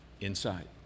inside